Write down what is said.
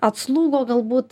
atslūgo galbūt